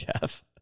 Jeff